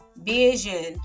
vision